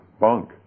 bunk